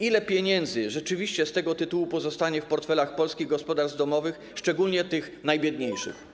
Ile pieniędzy z tego tytułu pozostanie w portfelach polskich gospodarstw domowych, szczególnie tych najbiedniejszych?